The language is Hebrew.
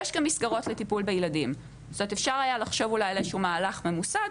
יש מסגרות לטיפול בילדים אז אפשר היה לחשוב אולי על איזשהו מהלך ממוסד.